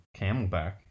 Camelback